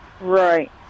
Right